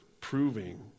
proving